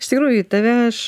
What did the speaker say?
iš tikrųjų tave aš